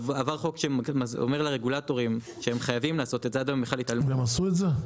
עבר חוק שאומר לרגולטורים שהם חייבים לעשות את זה --- הם עשו את זה?